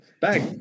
back